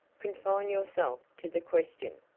confine yourself to the question.